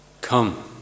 Come